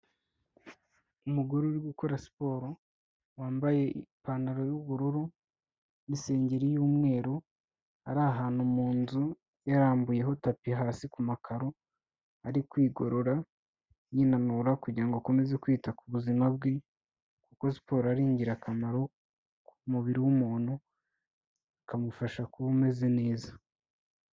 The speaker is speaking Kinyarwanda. Umugore uri gukora siporo, wambaye ipantaro y'ubururu n'isengeri y'umweru, ari ahantu mu nzu ,yarambuyeho tapi hasi ku makaro, ari kwigorora, yinanura kugira ngo akomeze kwita ku buzima bwe, kuko siporo ari ingirakamaro ku mubiri w'umuntu, bikamufasha kuba umeze neza.